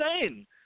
insane